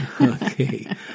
Okay